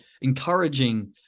encouraging